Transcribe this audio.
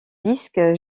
disc